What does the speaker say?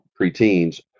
preteens